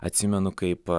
atsimenu kaip